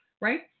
right